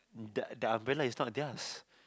the~ their umbrella is not theirs